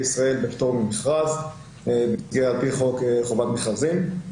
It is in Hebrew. ישראל בפטור ממכרז על פי חוק חובת מכרזים.